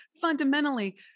fundamentally